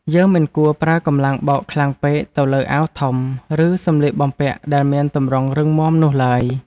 យើងមិនគួរប្រើកម្លាំងបោកខ្លាំងពេកទៅលើអាវធំ ឬសម្លៀកបំពាក់ដែលមានទម្រង់រឹងមាំនោះឡើយ។